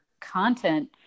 content